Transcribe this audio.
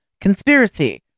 Conspiracy